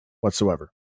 whatsoever